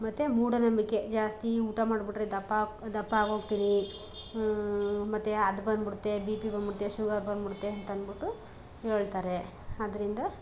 ಮತ್ತು ಮೂಢನಂಬಿಕೆ ಜಾಸ್ತಿ ಊಟ ಮಾಡಿಬಿಟ್ರೆ ದಪ್ಪ ಆಗಿ ದಪ್ಪ ಆಗೋಗ್ತೀನಿ ಮತ್ತು ಅದು ಬಂದ್ಬಿಡುತ್ತೆ ಬಿ ಪಿ ಬಂದ್ಬಿಡುತ್ತೆ ಶುಗರ್ ಬಂದ್ಬಿಡುತ್ತೆ ಅಂತಂದ್ಬಿಟ್ಟು ಹೇಳ್ತಾರೆ ಅದರಿಂದ